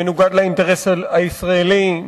מנוגד לאינטרס הישראלי,